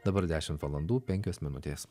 dabar dešimt valandų penkios minutės